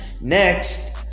Next